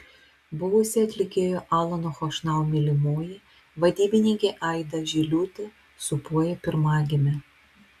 buvusi atlikėjo alano chošnau mylimoji vadybininkė aida žiliūtė sūpuoja pirmagimę